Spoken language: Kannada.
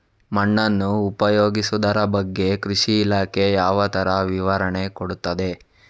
ಮಣ್ಣನ್ನು ಉಪಯೋಗಿಸುದರ ಬಗ್ಗೆ ಕೃಷಿ ಇಲಾಖೆ ಯಾವ ತರ ವಿವರಣೆ ಕೊಡುತ್ತದೆ?